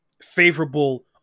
favorable